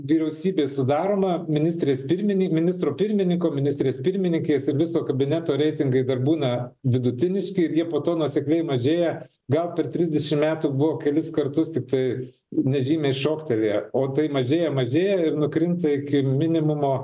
vyriausybės sudaroma ministrės pirminį ministro pirmininko ministrės pirmininkės ir viso kabineto reitingai dar būna vidutiniški ir jie po to nuosekliai mažėja gal per trisdešim metų buvo kelis kartus tiktai nežymiai šoktelėję o tai mažėja mažėja ir nukrinta iki minimumo